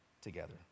together